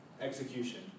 execution